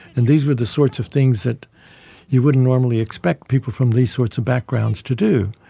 and these were the sorts of things that you wouldn't normally expect people from these sorts of backgrounds to do.